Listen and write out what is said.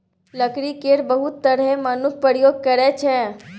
लकड़ी केर बहुत तरहें मनुख प्रयोग करै छै